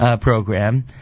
program